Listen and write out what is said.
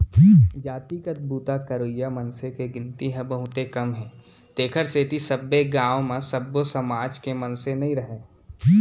जातिगत बूता करइया मनसे के गिनती ह बहुते कम हे तेखर सेती सब्बे गाँव म सब्बो समाज के मनसे नइ राहय